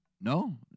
No